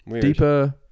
Deeper